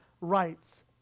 rights